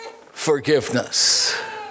forgiveness